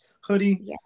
hoodie